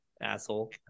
asshole